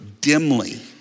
dimly